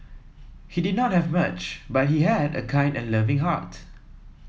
he did not have much but he had a kind and loving heart